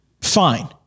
fine